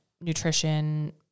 nutrition